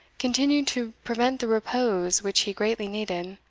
continued to prevent the repose which he greatly needed.